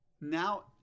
Now